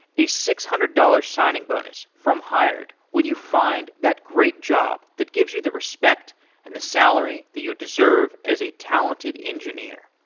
a six hundred dollars signing bonus from hired when you find that great job that gives you the respect and the salary that you deserve as a talented engineer.